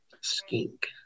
Skink